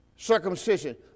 Circumcision